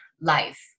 life